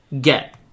get